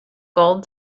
gold